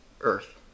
Earth